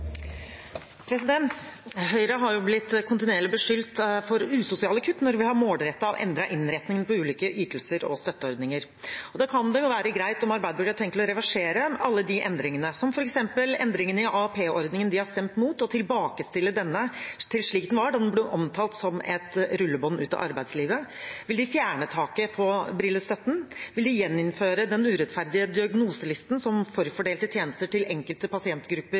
Høyre har kontinuerlig blitt beskyldt for «usosiale kutt» når vi har målrettet og endret innretningen på ulike ytelser og støtteordninger, og da kan det jo være greit å vite om Arbeiderpartiet har tenkt å reversere alle de endringene, som f.eks. endringen i AAP-ordningen som de har stemt mot, og tilbakestille denne til slik den var da den ble omtalt som «et rullebånd ut av arbeidslivet». Vil de fjerne taket på brillestøtten? Vil de gjeninnføre den urettferdige diagnoselisten som forfordelte tjenester til enkelte pasientgrupper